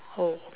oh